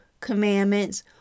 commandments